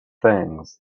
things